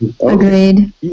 Agreed